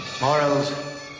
Morals